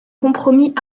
compromis